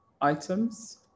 items